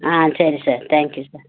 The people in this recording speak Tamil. ஆ சரி சார் தேங்க்யூ சார்